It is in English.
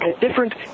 Different